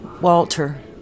Walter